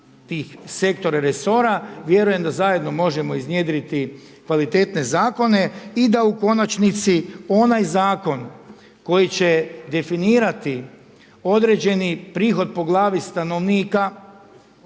tih sektora i resora. Vjerujem da zajedno možemo iznjedriti kvalitetne zakone i da u konačnici onaj zakon koji će definirati određeni prihod po glavi stanovnika